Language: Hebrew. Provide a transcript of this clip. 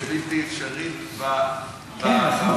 זה בלתי אפשרי ברצינות,